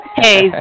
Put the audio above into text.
hey